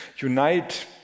unite